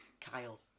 Kyle